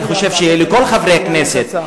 אני חושב שלכל חברי הכנסת,